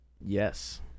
yes